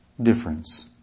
difference